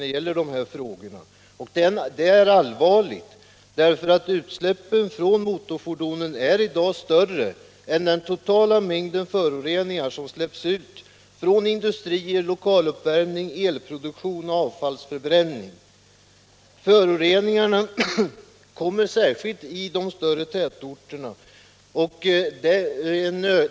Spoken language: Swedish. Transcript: Det är allvarligt, därför att utsläppen från motorfordon i dag är större än den totala mängd föroreningar som släpps ut från industrier, lokaluppvärmning, elproduktion och avfallsförbränning. Föroreningarna förekommer särskilt i de större tätorterna.